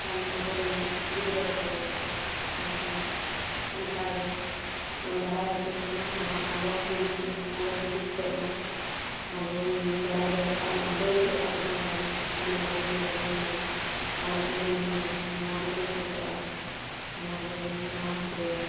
ᱠᱟᱱ ᱟᱵᱚᱨᱮᱱ ᱜᱤᱫᱽᱨᱟᱹ ᱠᱚ ᱵᱟᱝᱠᱷᱟᱱ ᱚᱱᱠᱟ ᱜᱮᱵᱚᱱ ᱵᱟᱲᱟᱭ ᱦᱚᱪᱚ ᱠᱚᱢᱟ ᱱᱚᱣᱟ ᱟᱞᱚ ᱦᱤᱲᱤᱧᱚᱜ ᱢᱟ ᱟᱞᱚ ᱵᱤᱞᱩᱯᱛᱚᱜ ᱢᱟ ᱟᱵᱚ ᱵᱚᱱ ᱵᱟᱲᱟᱭ ᱫᱚᱦᱚ ᱠᱟᱜ ᱢᱟ ᱞᱟᱹᱭ ᱪᱮᱫ ᱟᱠᱚ ᱢᱟ ᱵᱚᱱ ᱥᱚᱢᱟᱡᱽ ᱨᱮᱵᱚᱱ ᱫᱚᱦᱚᱭ ᱢᱟ ᱟᱞᱚᱠᱚ ᱦᱤᱲᱤᱧ ᱢᱟ ᱱᱚᱣᱟ ᱜᱮᱵᱚᱱ ᱠᱷᱚᱡᱚᱜᱼᱟ ᱱᱚᱣᱟ ᱜᱮᱵᱚᱱ ᱴᱷᱟᱶ ᱦᱚᱪᱚᱭᱟ